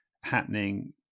happening